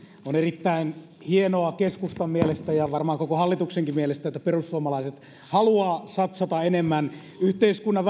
on erittäin hienoa keskustan mielestä ja varmaan koko hallituksenkin mielestä että perussuomalaiset haluavat satsata enemmän yhteiskunnan